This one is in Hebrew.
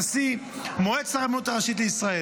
נשיא מועצת הרבנות הראשית לישראל.